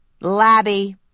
Labby